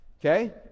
Okay